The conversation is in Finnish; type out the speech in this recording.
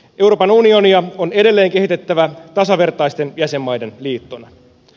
euroopan unionia on edelleen kehitettävä tasavertaisten jäsenmaiden liittona